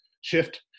shift